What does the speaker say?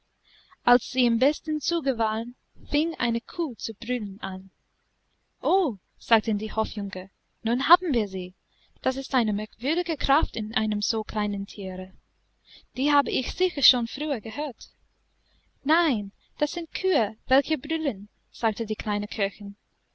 als sie im besten zuge waren fing eine kuh zu brüllen an o sagten die hofjunker nun haben wir sie das ist doch eine merkwürdige kraft in einem so kleinen tiere die habe ich sicher schon früher gehört nein das sind kühe welche brüllen sagte die kleine köchin